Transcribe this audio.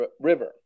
River